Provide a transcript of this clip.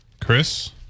Chris